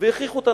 והכריחו אותם.